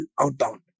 outbound